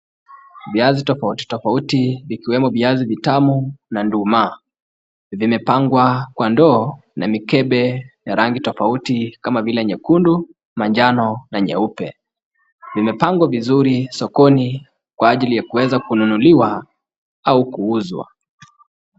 Viazi tofauti tofauti vikiwemo viazi vitamu na nduma , vimepangwa kwa ndoo na mikembe ya rangi tofauti kama vile nyekundu na njano na nyeupe. Vimepangwa vizuri sokoni kwa ajili ya kuweza kununuliwa au kuuzwa.